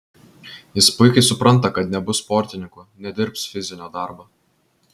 jis puikiai supranta kad nebus sportininku nedirbs fizinio darbo